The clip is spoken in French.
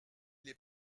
les